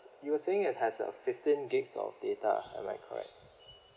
you were saying it has a fifteen gigs of data am I correct